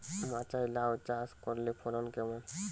মাচায় লাউ চাষ করলে ফলন কেমন?